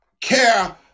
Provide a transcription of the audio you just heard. care